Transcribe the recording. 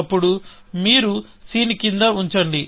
అప్పుడు మీరు cని కింద ఉంచండి